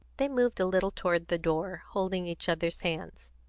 they moved a little toward the door, holding each other's hands.